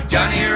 Johnny